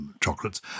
chocolates